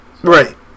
Right